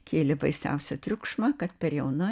kėlė baisiausią triukšmą kad per jauna